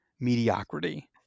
mediocrity